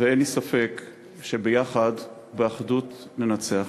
אין לי ספק שביחד, באחדות, ננצח.